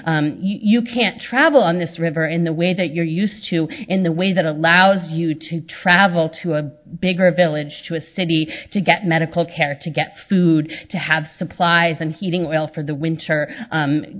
you can't travel on this river in the way that you're used to in the way that allows you to travel to a bigger village to a city to get medical care to get food to have supplies and heating oil for the winter